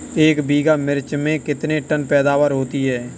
एक बीघा मिर्च में कितने टन पैदावार होती है?